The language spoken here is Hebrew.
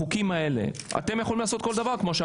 אתם יודעים מה?